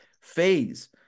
phase